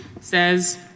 says